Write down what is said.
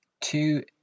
two